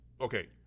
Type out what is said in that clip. Okay